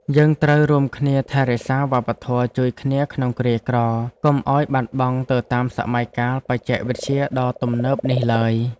យើងត្រូវរួមគ្នាថែរក្សាវប្បធម៌ជួយគ្នាក្នុងគ្រាក្រកុំឱ្យបាត់បង់ទៅតាមសម័យកាលបច្ចេកវិទ្យាដ៏ទំនើបនេះឡើយ។